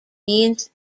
means